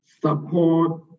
support